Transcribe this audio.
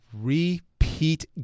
repeat